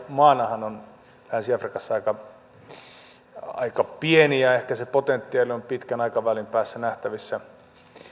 maanahan on länsi afrikassa aika aika pieni ja ja ehkä se potentiaali on pitkän aikavälin päässä nähtävissä